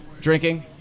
drinking